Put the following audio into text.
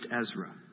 Ezra